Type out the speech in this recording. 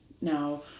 Now